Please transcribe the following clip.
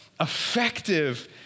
effective